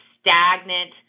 stagnant